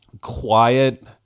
quiet